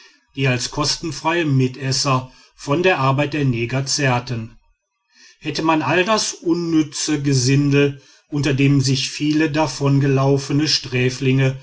die als kostenfreie mitesser von der arbeit der neger zehrten hätte man all das unnütze gesindel unter dem sich viele davongelaufene sträflinge